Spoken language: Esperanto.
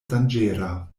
danĝera